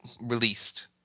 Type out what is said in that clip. released